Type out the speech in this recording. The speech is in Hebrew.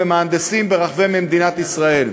שותפות בין המגזר הציבורי למגזר הפרטי,